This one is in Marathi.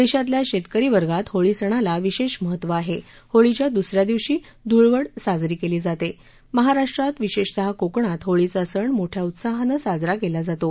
दक्षितल्या शस्करी वर्गात होळी सणाला विशाध्महत्त्व आहा झीळीच्या दुसऱ्या दिवशी धुळवड साजरी कळी जाता महाराष्ट्रातही विशृत्तिः कोकणात होळीचा सण मोठ्या उत्साहानं साजरा कला जातो